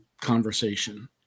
conversation